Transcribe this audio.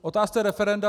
K otázce referenda.